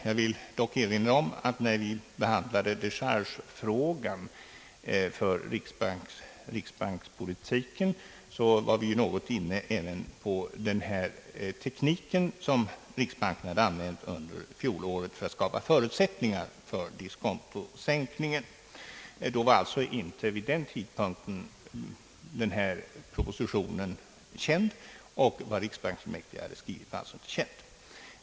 Jag vill emellertid erinra om att när vi behandlade frågan om decharge för riksbankspolitiken var vi något inne även på den teknik som riksbanken hade använt under fjolåret för att skapa förutsättningar för diskonto sänkningen. Vid den tidpunkten var alltså inte denna proposition känd och vad riksbanksfullmäktige hade skrivit alltså inte heller känt.